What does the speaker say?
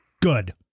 Good